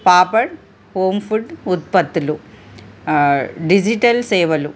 papad home food ఉత్పత్తులు digital సేవలు